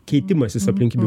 keitimasis aplinkybių